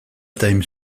time